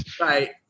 Right